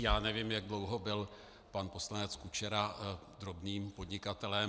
Já nevím, jak dlouho byl pan poslanec Kučera drobným podnikatelem.